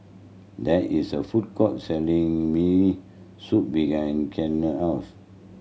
there is a food court selling Miso Soup behind Clella house